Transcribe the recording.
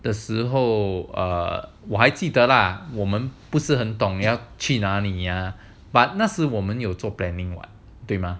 的时候 err 我还记得啦我们不是很懂要去哪里呀 but 那时我们有做 planning [what] 对吗